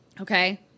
Okay